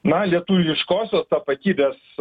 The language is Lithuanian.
na lietuviškosios tapatybės